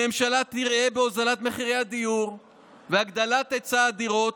הממשלה תראה בהוזלת מחירי הדיור והגדלת היצע הדירות,